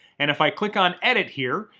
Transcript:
and if i click on edit here,